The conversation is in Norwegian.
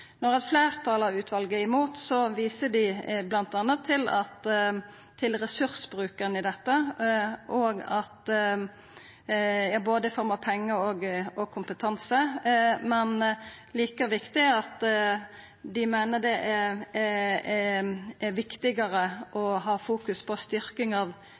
Når eit fleirtal av utvalet er imot, viser dei bl.a. til ressursbruken i dette, i form av både pengar og kompetanse, men like viktig er det at dei meiner det er viktigare å fokusera på å styrkja leiingskompetansen i førebygging og oppfølging av